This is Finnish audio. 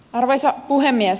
arvoisa puhemies